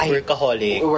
Workaholic